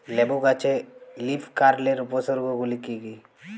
লেবু গাছে লীফকার্লের উপসর্গ গুলি কি কী?